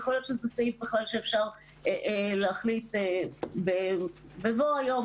יכול להיות שזה סעיף שאפשר להחליט בבוא היום,